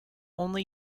only